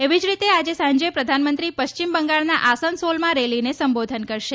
એવી જ રીતે આજે સાંજે પ્રધાનમંત્રી પશ્ચિમ બંગાળના આસનસોલમાં રેલીને સંબોધન કરશે